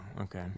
Okay